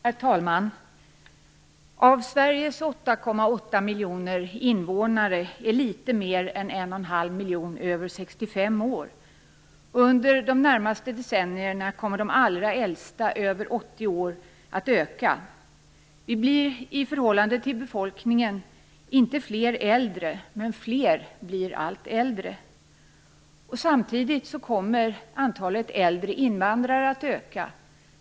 Herr talman! Av Sveriges 8,8 miljoner invånare är litet mer än 1,5 miljoner över 65 år. Under de närmaste decennierna kommer de allra äldsta, de över 80 år, att öka. Vi blir i förhållande till befolkningen inte fler äldre, men fler blir allt äldre. Samtidigt kommer antalet äldre invandrare att öka.